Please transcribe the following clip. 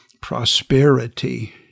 prosperity